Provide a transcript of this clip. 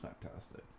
fantastic